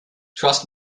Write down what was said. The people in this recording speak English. trust